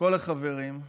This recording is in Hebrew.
לכל החברים,